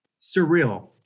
Surreal